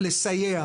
לסייע.